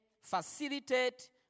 facilitate